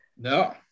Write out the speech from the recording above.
No